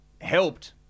helped